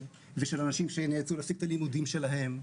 ואנשים שנאלצו להפסיק את לימודיהם.